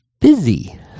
busy